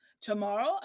Tomorrow